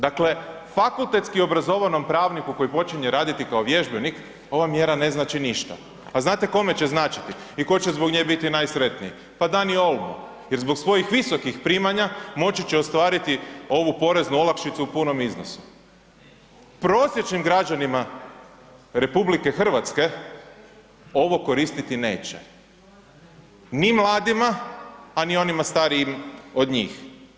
Dakle, fakultetski obrazovanom pravniku koji počinje raditi kao vježbenik ova mjera ne znači ništa, a znate kome će značiti i tko će zbog nje biti najsretniji, pa … [[Govornik se ne razumije]] jer zbog svojih visokih primanja moći će ostvariti ovu poreznu olakšicu u punom iznosu, prosječnim građanima RH ovo koristiti neće, ni mladima, a ni onima starijim od njih.